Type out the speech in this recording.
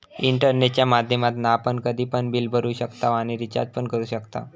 इंटरनेटच्या माध्यमातना आपण कधी पण बिल भरू शकताव आणि रिचार्ज पण करू शकताव